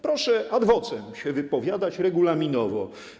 Proszę ad vocem się wypowiadać, regulaminowo.